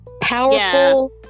powerful